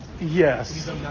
Yes